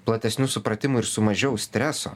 platesniu supratimu ir su mažiau streso